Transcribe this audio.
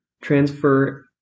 transfer